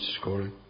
scoring